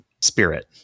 spirit